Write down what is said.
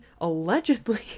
allegedly